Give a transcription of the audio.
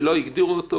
כדי להעביר את החוק.